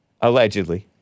Allegedly